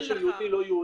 הנושא של יהודי ולא יהודי,